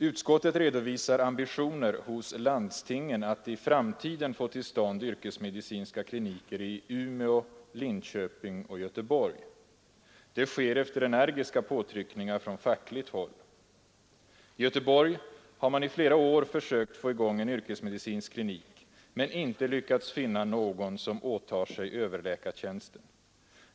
Utskottet redovisar ambitioner hos landstingen att i framtiden få till stånd yrkesmedicinska kliniker i Umeå, Linköping och Göteborg. Dessa ambitioner har tillkommit efter energiska påtryckningar från fackligt håll. I Göteborg har man i flera år försökt få i gång en yrkesmedicinsk klinik men inte lyckats finna någon som åtar sig överläkartjänsten.